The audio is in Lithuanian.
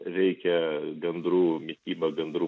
veikia gandrų mitybą gandrų